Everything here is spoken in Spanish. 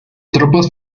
tropas